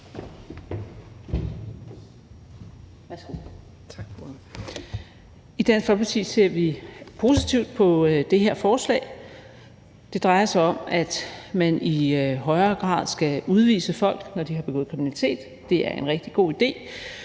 I Dansk Folkeparti ser vi positivt på det her forslag. Det drejer sig om, at man i højere grad skal udvise folk, når de har begået kriminalitet. Det er en rigtig god idé.